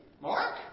Mark